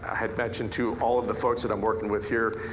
had mentioned to all of the folks that i'm working with here,